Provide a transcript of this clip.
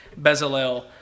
Bezalel